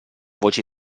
voce